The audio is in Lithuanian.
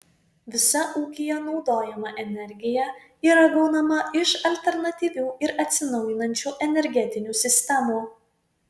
visa ūkyje naudojama energija yra gaunama iš alternatyvių ir atsinaujinančių energetinių sistemų